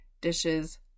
dishes